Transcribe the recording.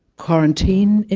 quarantine